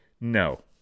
no